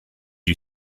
you